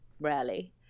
rarely